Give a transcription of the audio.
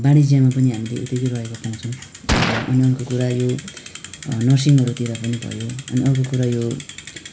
वाणिज्यमा पनि हामीले उत्तिकै रहेको पाउँछौँ अनि अर्को कुरा यो नर्सिङहरूतिर पनि भयो अनि अर्को कुरा यो